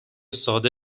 ساده